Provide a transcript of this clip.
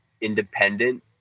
independent